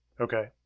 Okay